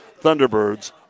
Thunderbirds